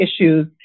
issues